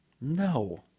No